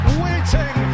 waiting